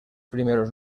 primeros